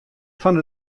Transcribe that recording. fan